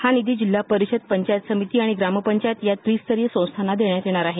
हा निधी जिल्हा परीषद पंचायत समिती आणि ग्राप पंचायत या त्रि स्तयरीय संस्थांना देण्यात येणार आहे